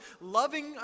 loving